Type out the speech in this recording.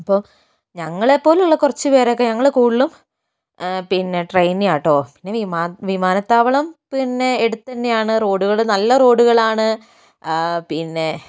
അപ്പോൾ ഞങ്ങളെപ്പോലുള്ള കുറച്ചു പേരൊക്കെ ഞങ്ങൾ കൂടുതലും പിന്നെ ട്രെയിനിനാണ് കേട്ടോ പിന്നെ വിമാന വിമാനത്താവളം പിന്നെ അടുത്തു തന്നെയാണ് റോഡുകൾ നല്ല റോഡുകളാണ് പിന്നെ